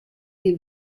les